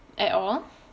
at all